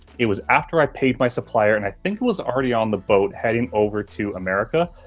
it was after i paid my supplier, and i think it was already on the boat heading over to america,